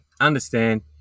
understand